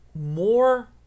More